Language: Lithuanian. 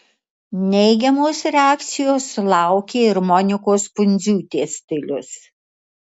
neigiamos reakcijos sulaukė ir monikos pundziūtės stilius